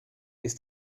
ist